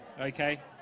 okay